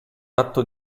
atto